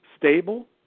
stable